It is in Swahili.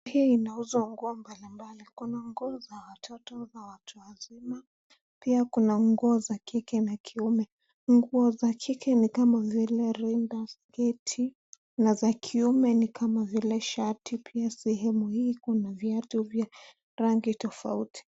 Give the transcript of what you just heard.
Hii inauzwa nguo mbalimbali. Kuna nguo za watoto na watu wazima. Pia kuna nguo za kike na kiume. Nguo za kike ni kama vile rinda, sketi, na za kiume ni kama vile shati. Pia sehemu hii kuna viatu pia za rangi tofauti.